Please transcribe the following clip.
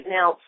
Now